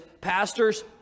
pastors